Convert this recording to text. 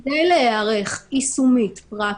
כדי להיערך יישומית, פרקטית,